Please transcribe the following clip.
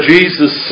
Jesus